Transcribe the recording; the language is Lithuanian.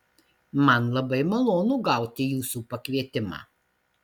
man labai malonu gauti jūsų pakvietimą